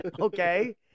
okay